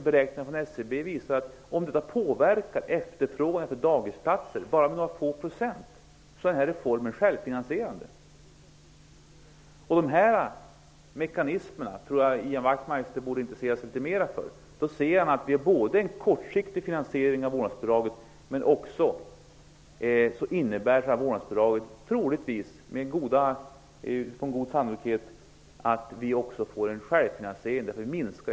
Beräkningar från SCB visar att om detta påverkar efterfrågan på dagisplatser med bara några få procent, är reformen självfinansierande. Jag tycker att Ian Wachtmeister borde intressera sig litet mer för dessa mekanismer. Då ser han att det är fråga om kortsiktig finansiering av vårdnadsbidraget men också att vårdnadsbidraget troligtvis -- med god sannolikhet -- blir självfinansierande.